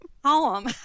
poem